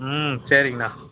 ம் சரிங்கண்ணா